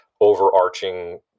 overarching